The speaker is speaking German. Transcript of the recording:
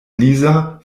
lisa